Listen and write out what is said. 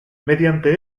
mediante